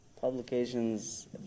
Publications